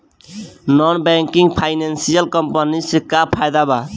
Non banking financial company से का फायदा बा?